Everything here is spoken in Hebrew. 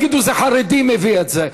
יגידו: זה חרדי מביא את זה.